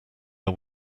are